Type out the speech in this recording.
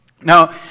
Now